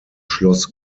schloss